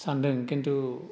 सानदों खिनथु